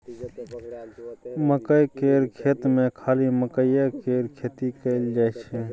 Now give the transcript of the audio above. मकई केर खेत मे खाली मकईए केर खेती कएल जाई छै